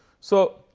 so,